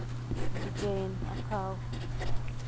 design ᱟᱸᱠᱟᱣ